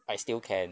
I still can